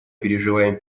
переживаем